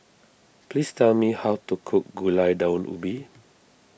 please tell me how to cook Gulai Daun Ubi